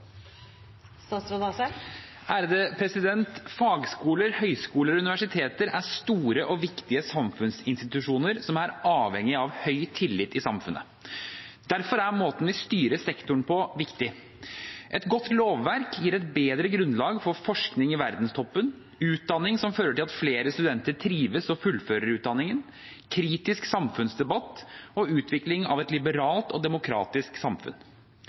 store og viktige samfunnsinstitusjoner som er avhengige av høy tillit i samfunnet. Derfor er måten vi styrer sektoren på, viktig. Et godt lovverk gir et bedre grunnlag for forskning i verdenstoppen, utdanning som fører til at flere studenter trives og fullfører utdanningen, kritisk samfunnsdebatt og utvikling av et liberalt og demokratisk samfunn.